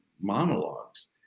monologues